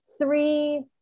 three